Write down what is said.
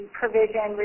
provision